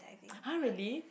!huh! really